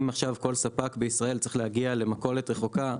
אם עכשיו כל ספק בישראל צריך להגיע למכולת רחוקה,